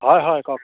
হয় হয় কওক